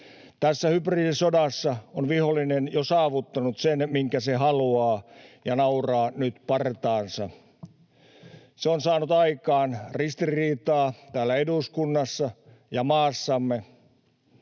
Tässä hybridisodassa on vihollinen jo saavuttanut sen, minkä se haluaa, ja nauraa nyt partaansa. Se on saanut aikaan ristiriitaa täällä eduskunnassa ja maassamme.